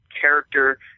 character